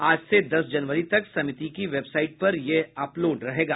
आज से दस जनवरी तक समिति के वेबसाईट पर यह अपलोड रहेगा